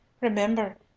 remember